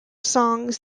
songs